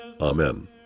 Amen